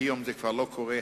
היום זה כבר לא קורה.